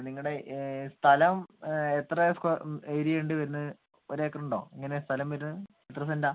നിങ്ങളുടെ സ്ഥലം എത്ര സ്ക്വയർ ഏരിയ ഉണ്ട് വരുന്നത് ഒര് ഏക്കറുണ്ടോ എങ്ങനെ സ്ഥലം വരുന്നത് എത്ര സെൻറാണ്